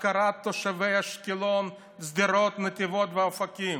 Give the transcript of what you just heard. הפקרת תושבי אשקלון, שדרות, נתיבות ואופקים.